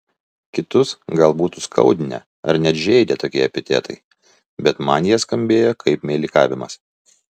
kitus gal būtų skaudinę ar net žeidę tokie epitetai bet man jie skambėjo kaip meilikavimas